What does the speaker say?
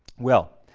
well,